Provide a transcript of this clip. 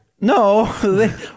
no